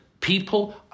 people